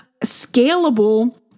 scalable